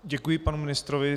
Děkuji panu ministrovi.